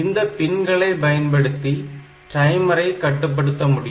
இந்த பின்களை பயன்படுத்தி டைமரை கட்டுப்படுத்த முடியும்